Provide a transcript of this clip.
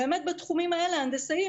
באמת בתחומים האלה ההנדסיים,